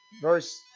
Verse